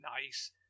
nice